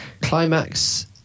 Climax